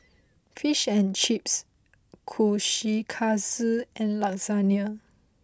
Fish and Chips Kushikatsu and Lasagne